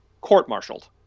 court-martialed